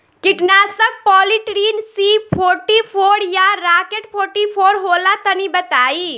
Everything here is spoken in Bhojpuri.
कीटनाशक पॉलीट्रिन सी फोर्टीफ़ोर या राकेट फोर्टीफोर होला तनि बताई?